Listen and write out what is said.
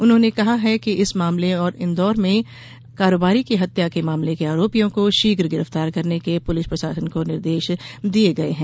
उन्होंने कहा है कि इस मामले और इन्दौर में कारोबारी की हत्या के मामले के आरोपियों को शीघ्र गिरफ्तार करने के पुलिस प्रशासन को निर्देश दिये गये हैं